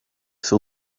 sur